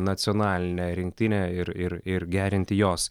nacionalinę rinktinę ir ir ir gerinti jos